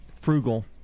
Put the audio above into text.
frugal